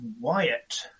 Wyatt